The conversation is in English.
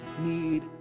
need